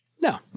No